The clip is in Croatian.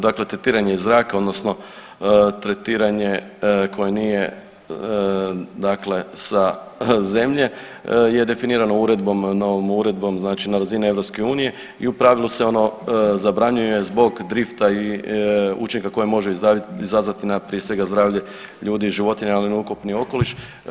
Dakle, tretiranje iz zraka odnosno tretiranje koje nije dakle sa zemlje je definirano uredbom, novom uredbom znači na razini EU i u pravilu se ono zabranjuje zbog drifta i učinka koje može izazvati na prije svega zdravlje ljudi i životinja, ali i na ukupni okoliš.